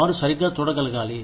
వారు సరిగ్గా చూడగలగాలి